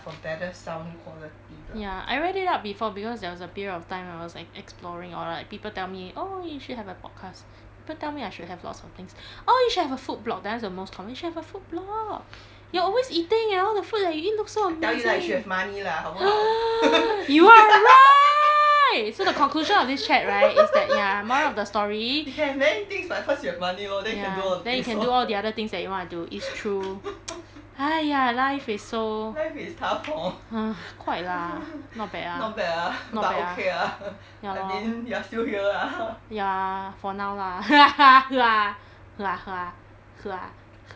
ya I read it up before because there was a period of time I was like exploring or like people tell me oh you should have a podcast people tell me I should have lots of things oh you should have a food blog that [one] is the most common you should have a food blog you're always eating and all the food look so amazing you are right so the conclusion of this chat right is that ya moral of the story ya then you can do all the things that you want to do it's true !haiya! life is so !huh! quite lah not bad lah not bad lah ya lor ya for now lah eh how to go home from here sia